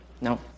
No